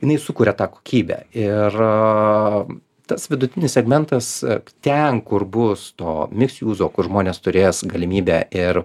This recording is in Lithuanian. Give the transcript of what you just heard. jinai sukuria tą kokybę ir tas vidutinis segmentas ten kur bus to misksjūzo kur žmonės turės galimybę ir